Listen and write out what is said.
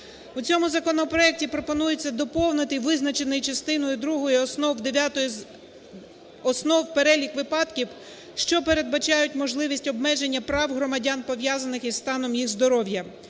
У цьому законопроекті пропонується доповнити визначений частиною другою основ дев'ятою… основ перелік випадків, що передбачають можливість обмеження прав громадян, пов'язаних із станом їх здоров'я,